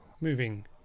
moving